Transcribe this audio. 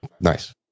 nice